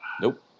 Nope